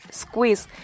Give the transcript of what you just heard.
squeeze